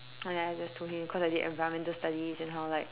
and then I just told him cause I did environmental studies and how like